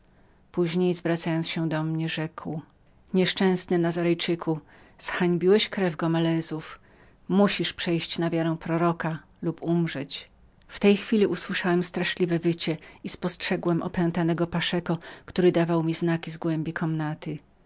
później zwracając się do mnie rzekł nieszczęsny nazarejczyku jak śmiesz razem znajdować się z niewiastami z krwi gomelezów musisz przejść na wiarę proroka lub umrzeć w tej chwili usłyszałem straszliwe wycie i spostrzegłem opętanego paszeko który dawał mi znaki zgłębi komnaty